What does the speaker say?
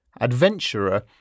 Adventurer